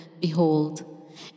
behold